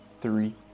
three